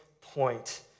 point